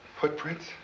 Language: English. Footprints